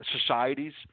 societies